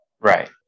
Right